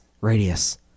Radius